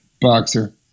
Boxer